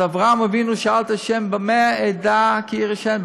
אז אברהם אבינו שאל את ה': "במה אדע כי אירשנה?"